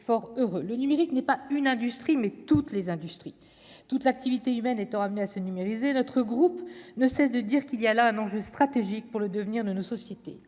fort heureux, le numérique n'est pas une industrie, mais toutes les industries, toute l'activité humaine étant amené à se numériser notre groupe ne cesse de dire qu'il y a là un enjeu stratégique pour le devenir de nos sociétés